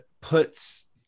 puts